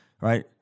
right